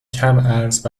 کمعرض